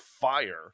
fire